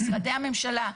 משרדי הממשלה,